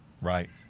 Right